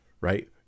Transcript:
Right